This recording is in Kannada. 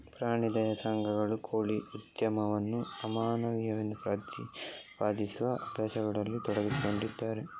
ಪ್ರಾಣಿ ದಯಾ ಸಂಘಗಳು ಕೋಳಿ ಉದ್ಯಮವನ್ನು ಅಮಾನವೀಯವೆಂದು ಪ್ರತಿಪಾದಿಸುವ ಅಭ್ಯಾಸಗಳಲ್ಲಿ ತೊಡಗಿಸಿಕೊಂಡಿದ್ದಾರೆ